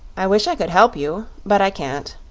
i wish i could help you but i can't.